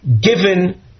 given